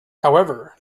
however